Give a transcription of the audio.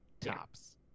Tops